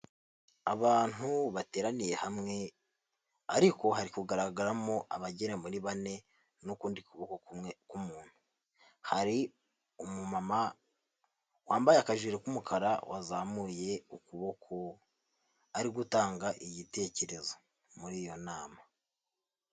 Abantu bateraniye hamwe ariko hari kugaragaramo abagera muri bane n'ukundi kuboko kumwe k'umuntu, hari umumama wambaye akajire k'umukara wazamuye ukuboko ari gutanga igitekerezo muri iyo nama.